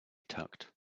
tucked